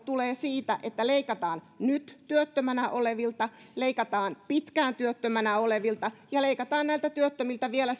tulee siitä että leikataan nyt työttömänä olevilta leikataan pitkään työttömänä olleilta ja leikataan näiltä työttömiltä vielä